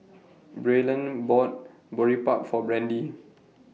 Braylen bought Boribap For Brandy